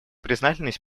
признательность